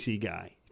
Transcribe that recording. guy